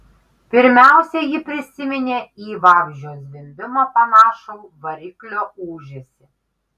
pirmiausia ji prisiminė į vabzdžio zvimbimą panašų variklio ūžesį